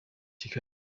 kigali